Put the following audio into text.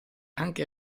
anche